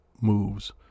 moves